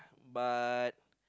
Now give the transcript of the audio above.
but